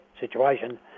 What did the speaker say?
situation